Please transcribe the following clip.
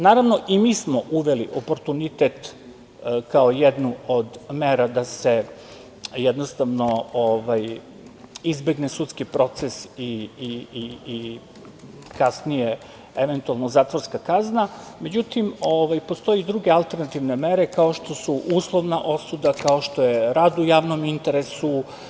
Naravno, i mi smo uveli oportunitet, kao jednu od mera da se izbegne sudski proces i kasnije eventualno, zatvorska kazna, međutim, postoje i druge alternativne mere, kao što su uslovna osuda, kao što je rad u javnom interesu.